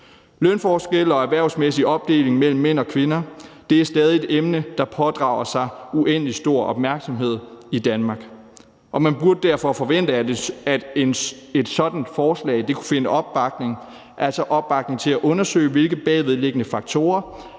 Lønforskelle og erhvervsmæssig opdeling mellem mænd og kvinder er stadig et emne, der pådrager sig uendelig stor opmærksomhed i Danmark, og man burde derfor kunne forvente, at et sådant forslag kunne finde opbakning til at undersøge, hvilke bagvedliggende faktorer